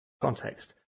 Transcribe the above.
context